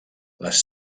les